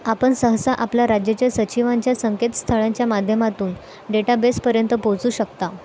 आपण सहसा आपल्या राज्याच्या सचिवांच्या संकेत स्थळांच्या माध्यमातून डेटाबेसपर्यंत पोहचू शकता